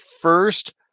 first